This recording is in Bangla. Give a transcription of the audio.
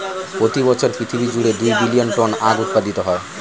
প্রতি বছর পৃথিবী জুড়ে দুই বিলিয়ন টন আখ উৎপাদিত হয়